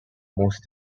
most